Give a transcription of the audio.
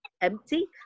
empty